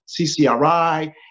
CCRI